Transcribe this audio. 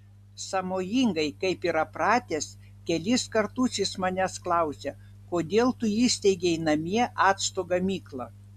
sąmojingai kaip yra pratęs kelis kartus jis manęs klausė kodėl tu įsteigei namie acto gamyklą